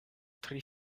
tri